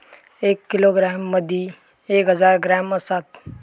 एक किलोग्रॅम मदि एक हजार ग्रॅम असात